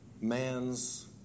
man's